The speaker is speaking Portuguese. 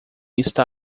está